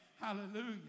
Hallelujah